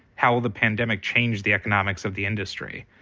how will the pandemic change the economics of the industry?